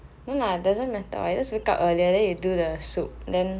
no lah doesn't matter what you just wake up then you do the soup then